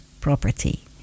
property